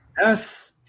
Yes